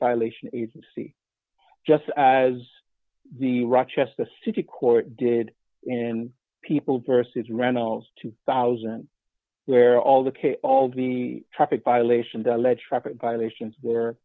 violation agency just as the rochester city court did and people versus reynolds two thousand where all the k all the traffic violations alleged traffic violations were